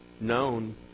known